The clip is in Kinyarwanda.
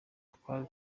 twari